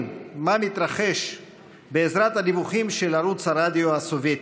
מה מתרחש בעזרת הדיווחים של ערוץ הרדיו הסובייטי,